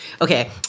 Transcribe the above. okay